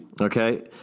Okay